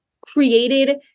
created